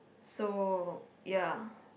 so ya